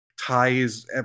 ties